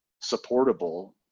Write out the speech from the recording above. supportable